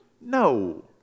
No